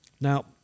Now